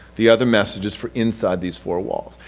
the other message is for inside these four walls.